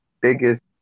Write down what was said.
biggest